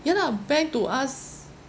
ya lah bank to us